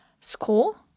school